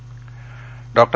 Dabholkar Dr